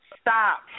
Stop